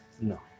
No